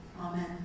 Amen